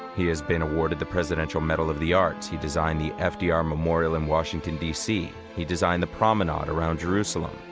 he has been awarded the presidential medal of the arts. he designed the ah fdr memorial in washington, dc. he designed the promenade around jerusalem.